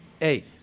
eight